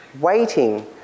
waiting